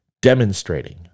demonstrating